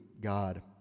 God